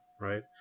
right